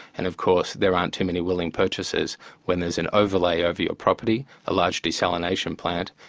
and of course there aren't too many willing purchasers when there's an overlay over your property, a large desalination plant,